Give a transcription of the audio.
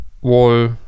wall